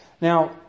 Now